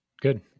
good